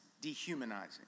dehumanizing